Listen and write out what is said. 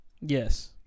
Yes